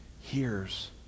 hears